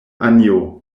anjo